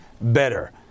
better